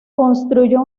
construyó